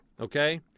okay